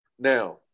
Now